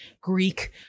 Greek